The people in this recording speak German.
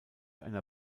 einer